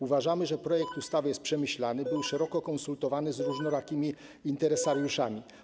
Uważamy, że projekt ustawy jest przemyślany, był szeroko konsultowany z różnorakimi interesariuszami.